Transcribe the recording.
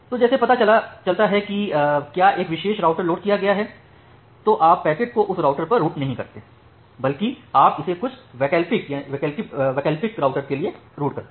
तोजैसे पता चलता है कि क्या एक विशेष राउटर लोड किया गया है तो आप पैकेट को उस राउटर पर रूट नहीं करते हैं बल्कि आप इसे कुछ वैकल्पिक राउटर के लिए रूट करते हैं